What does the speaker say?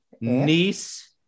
niece